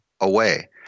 away